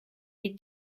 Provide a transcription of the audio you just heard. les